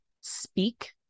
speak